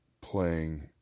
playing